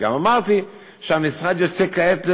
גם אמרתי שהמשרד יוצא כעת,